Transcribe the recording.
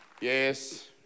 Yes